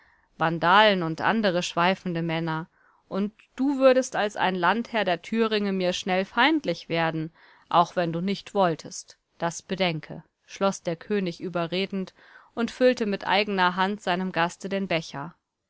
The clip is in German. vandalen und andere schweifende männer und du würdest als ein landherr der thüringe mir schnell feindlich werden auch wenn du nicht wolltest das bedenke schloß der könig überredend und füllte mit eigener hand seinem gaste den becher